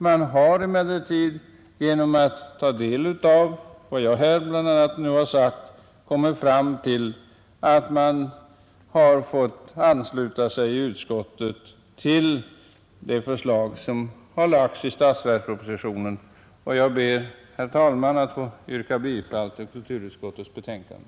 Vi har emellertid kommit fram till att vi borde ansluta oss till förslaget i statsverkspropositionen. Jag ber, herr talman, att få yrka bifall till utskottets hemställan.